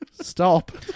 Stop